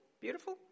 Beautiful